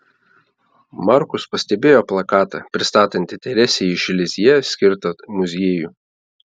markus pastebėjo plakatą pristatantį teresei iš lizjė skirtą muziejų